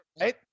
right